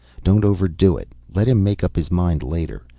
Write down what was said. don't overdo it. let him make up his mind later.